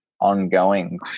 ongoing